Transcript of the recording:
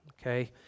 Okay